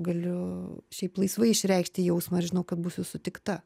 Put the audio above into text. galiu šiaip laisvai išreikšti jausmą ir žinau kad būsiu sutikta